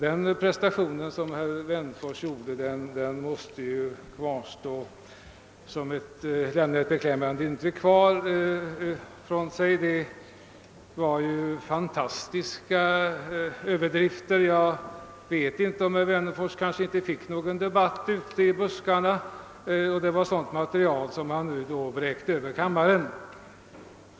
Den prestation som herr Wennerfors gjorde måste lämna kvar ett beklämmande intryck. Det var ju fantastiska överdrifter. Jag vet inte om anledningen till hans uttalanden var, att han inte fått till stånd någon debatt ute i buskarna och att det dörför var sådant material som han nu vräkte ut över kammaren.